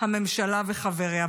הממשלה וחבריה.